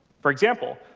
for example,